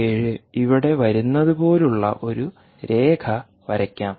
7 ഇവിടെ വരുന്നതുപോലുള്ള ഒരു രേഖ വരയ്ക്കാം